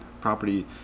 property